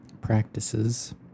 practices